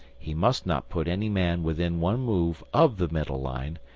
he must not put any man within one move of the middle line,